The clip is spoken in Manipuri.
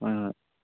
ꯍꯣꯏ ꯍꯣꯏ